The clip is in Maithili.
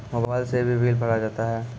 मोबाइल से भी बिल भरा जाता हैं?